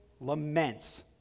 laments